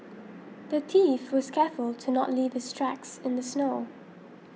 the thief was careful to not leave his tracks in the snow